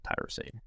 tyrosine